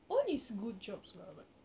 all is good jobs lah but